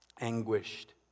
anguished